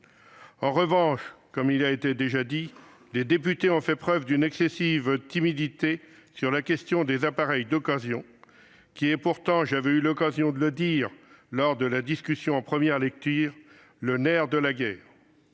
En revanche, cela a été indiqué, les députés ont fait preuve d'une excessive timidité sur la question des appareils d'occasion, qui est pourtant- je l'avais souligné lors de la discussion du texte en première lecture -le nerf de la guerre.